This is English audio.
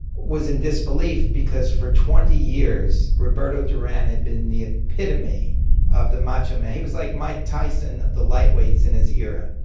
was in disbelief because for twenty years, roberto duran had been the epitome of the macho man. he was like mike tyson of the lightweights in his era.